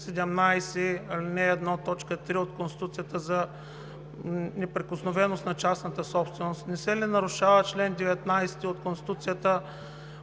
17, ал. 1, т. 3 от Конституцията за неприкосновеност на частната собственост? Не се ли нарушава чл. 19 от Конституцията,